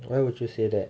why would you say that